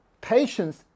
Patience